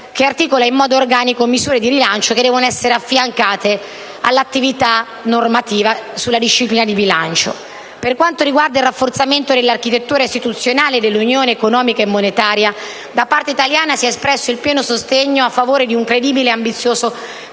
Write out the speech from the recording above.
che articola in modo organico le misure di rilancio da affiancare alla normativa sulla disciplina di bilancio. Per quanto riguarda il rafforzamento dell'architettura istituzionale dell'Unione economica e monetaria, da parte italiana si è espresso il pieno sostegno a favore di un credibile ed ambizioso processo